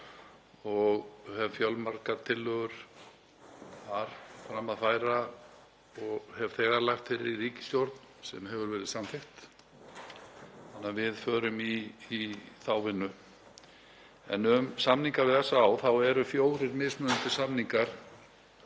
Ég hef fjölmargar tillögur þar fram að færa og hef þegar lagt þær fyrir ríkisstjórn og það hefur verið samþykkt þannig að við förum í þá vinnu. En um samningana við SÁÁ. Það eru fjórir mismunandi samningar